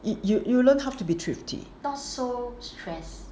you you you learn how to be thrifty